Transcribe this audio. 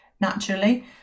naturally